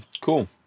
Cool